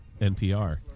NPR